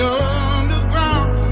underground